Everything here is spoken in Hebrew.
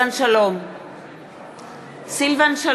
לקרוא בשמות חברי הכנסת שלא